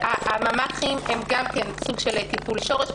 הממ"חים הם גם כן סוג של טיפול שורש.